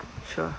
sure